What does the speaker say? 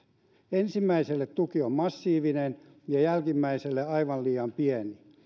ensimmäiselle tuki on massiivinen ja jälkimmäiselle aivan liian pieni